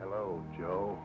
hello joe